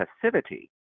passivity